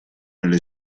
nelle